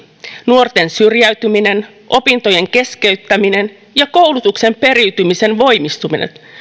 nuorten syrjäytyminen opintojen keskeyttäminen ja koulutuksen periytymisen voimistuminen